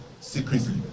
secretly